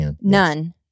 None